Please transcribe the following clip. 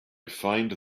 find